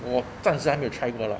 我站起来没有 try 过